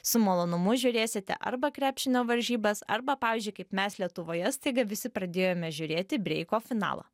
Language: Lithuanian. su malonumu žiūrėsite arba krepšinio varžybas arba pavyzdžiui kaip mes lietuvoje staiga visi pradėjome žiūrėti breiko finalą